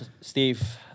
Steve